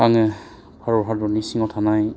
आङो भारत हादरनि सिङाव थानाय